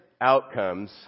outcomes